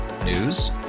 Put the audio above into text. News